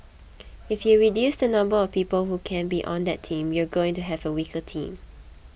if you reduce the number of people who can be on that team you're going to have a weaker team